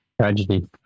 Tragedy